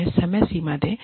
उन्हें समय सीमा दें